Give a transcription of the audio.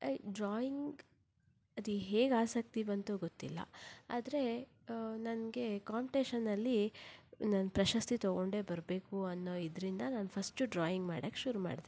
drawing ಅದು ಹೇಗೆ ಆಸಕ್ತಿ ಬಂತೋ ಗೊತ್ತಿಲ್ಲ ಆದರೆ ನನಗೆ ಕಾಂಪಿಟೇಷನಲ್ಲಿ ನಾನು ಪ್ರಶಸ್ತಿ ತಗೊಂಡೇ ಬರಬೇಕು ಅನ್ನೋ ಇದರಿಂದ ನಾನು ಫಸ್ಟ್ ಡ್ರಾಯಿಂಗ್ ಮಾಡಕ್ಕೆ ಶುರು ಮಾಡಿದೆ